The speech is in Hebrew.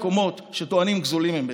שטוענים שגזולים הם בידינו.